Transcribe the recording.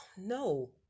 no